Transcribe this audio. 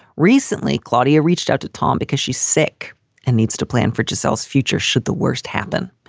recently, claudia reached out to tom because she's sick and needs to plan for gisella's future should the worst happen.